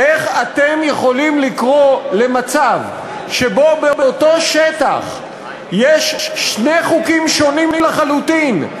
איך אתם יכולים לקרוא למצב שבו באותו שטח יש שני חוקים שונים לחלוטין,